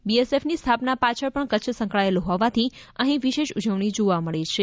બી S એફની સ્થાપના પાછળ પણ કચ્છ સંકળાયેલું હોવાથી અહી વિશેષ ઉજવણી જોવા મળી છે